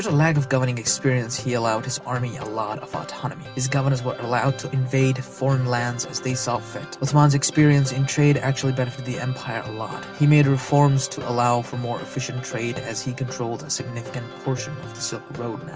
lack of governing experience, he allowed his army a lot of autonomy. his governors were allowed to invade foreign lands as they saw fit. uthman's experience in trade actually benefited the empire a lot. he made reforms to allow for more efficient trade as he controlled a significant portion of the silk road.